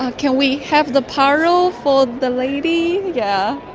can we have the paro for the lady? yeah